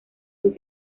sus